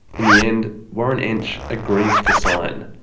in the end, warren entsch agrees to sign.